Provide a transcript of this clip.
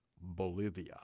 Bolivia